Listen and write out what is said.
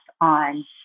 on